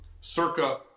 circa